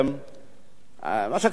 מה שקרה לקדימה בעצם,